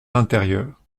l’intérieur